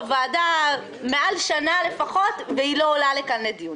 בוועדה יותר משנה והיא לא עולה כאן לדיון.